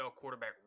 quarterback